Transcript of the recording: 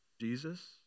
Jesus